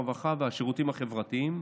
הרווחה והשירותים החברתיים